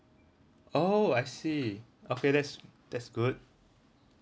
oh I see okay that's that's good